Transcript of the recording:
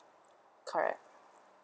correct